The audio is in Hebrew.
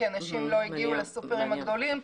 כי אנשים לא הגיעו לסופרים הגדולים,